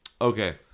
Okay